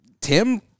Tim